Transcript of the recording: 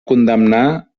condemnar